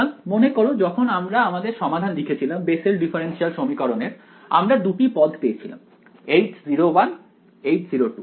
সুতরাং মনে করো যখন আমরা আমাদের সমাধান লিখেছিলাম বেসেল ডিফারেনশিয়াল সমীকরণ এর আমরা দুটি পদ পেয়েছিলাম H0 H0